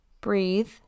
Breathe